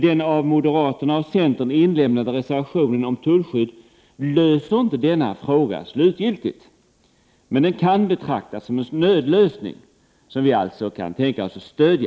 Den av moderaterna och centern avgivna reservationen om tullskydd löser inte denna fråga slutgiltigt, men den kan betraktas som en nödlösning som vi i miljöpartiet kan tänka oss att stödja.